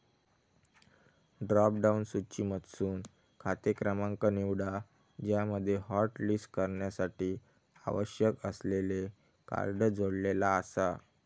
drop down सूचीमधसून खाते क्रमांक निवडा ज्यामध्ये हॉटलिस्ट करण्यासाठी आवश्यक असलेले कार्ड जोडलेला आसा